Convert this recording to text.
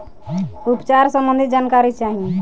उपचार सबंधी जानकारी चाही?